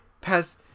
past